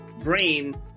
brain